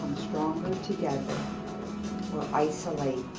stronger together or isolate